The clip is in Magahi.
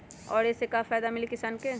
और ये से का फायदा मिली किसान के?